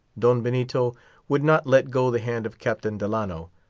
don benito would not let go the hand of captain delano,